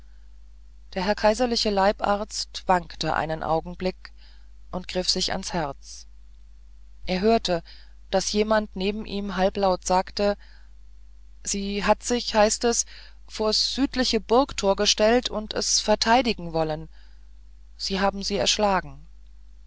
der herr kaiserliche leibarzt wankte einen augenblick und griff sich ans herz er hörte daß jemand neben ihm halblaut sagte sie hat sich heißt es vors südliche burgtor gestellt und es verteidigen wollen sie haben sie erschlagen